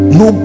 no